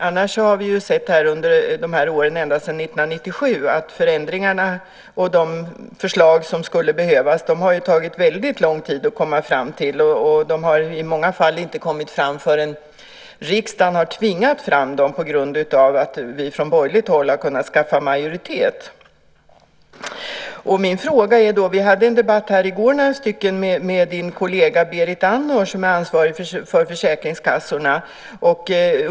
Annars har vi sett under de här åren, ända sedan 1997, att det har tagit lång tid att komma fram till förändringar och de förslag som skulle behövas. I många fall har de inte kommit fram förrän riksdagen har tvingat fram dem på grund av att vi från borgerligt håll har kunnat skaffa majoritet. Vi var några stycken som förde en debatt här i går med din kollega Berit Andnor, som är ansvarig för försäkringskassorna.